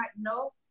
No